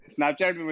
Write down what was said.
Snapchat